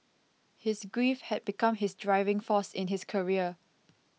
his grief had become his driving force in his career